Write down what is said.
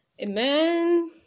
Amen